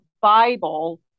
Bible